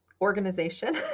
organization